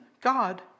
God